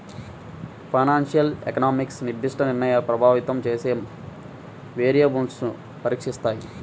financial economics నిర్దిష్ట నిర్ణయాన్ని ప్రభావితం చేసే వేరియబుల్స్ను పరీక్షిస్తాయి